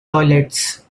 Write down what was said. toilets